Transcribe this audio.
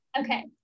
Okay